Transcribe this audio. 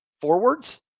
forwards